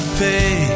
pay